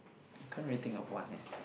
I can't really think of one eh